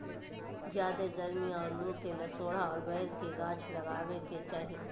ज्यादे गरमी और लू में लसोड़ा और बैर के गाछ लगावे के चाही